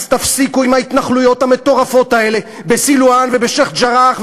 אז תפסיקו עם ההתנחלויות המטורפות האלה בסילואן ובשיח'-ג'ראח,